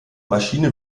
maschine